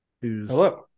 Hello